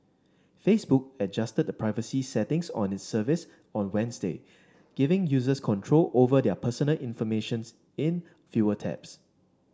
Facebook adjusted the privacy settings on its service on Wednesday giving users control over their personal informatios in fewer taps